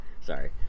Sorry